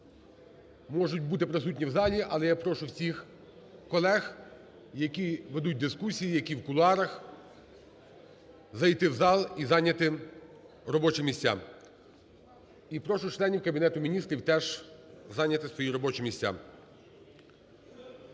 можуть бути присутні в залі. Але я прошу всіх колег, які ведуть дискусії, які в кулуарах, зайти в зал і зайняти робочі місця. І прошу членів Кабінету Міністрів теж зайняти свої робочі місця.